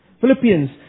Philippians